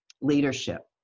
leadership